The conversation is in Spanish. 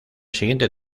siguiente